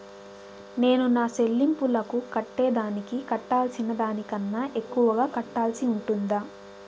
నేను నా సెల్లింపులకు కట్టేదానికి కట్టాల్సిన దానికన్నా ఎక్కువగా కట్టాల్సి ఉంటుందా?